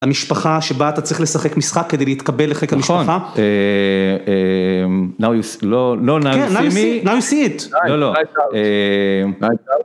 המשפחה שבה אתה צריך לשחק משחק כדי להתקבל לחיק כמשפחה. לא now you see me.